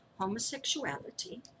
homosexuality